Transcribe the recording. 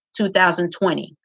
2020